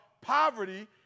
poverty